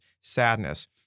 sadness